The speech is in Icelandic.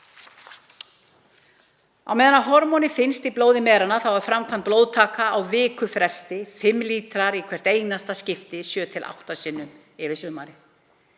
Á meðan hormónið finnst í blóði meranna er framkvæmd blóðtaka á viku fresti, 5 lítrar í hvert einasta skipti, sjö til átta sinnum yfir sumarið.